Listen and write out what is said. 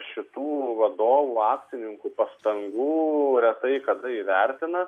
šitų vadovų akcininkų pastangų retai kada įvertina